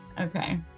Okay